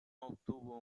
obtuvo